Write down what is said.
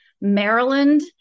Maryland